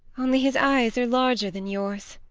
only his eyes are larger than yours,